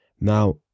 Now